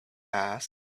asked